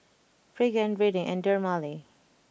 Pregain Rene and Dermale